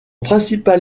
principal